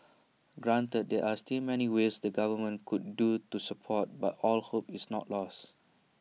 granted there are still many ways the government could do to support but all hope is not lost